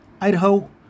Idaho